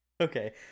okay